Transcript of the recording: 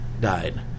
died